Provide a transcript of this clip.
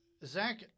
Zach